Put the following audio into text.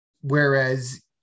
Whereas